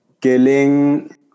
Killing